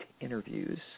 interviews